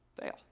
Fail